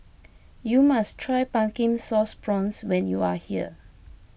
you must try Pumpkin Sauce Prawns when you are here